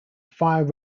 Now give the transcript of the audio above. fire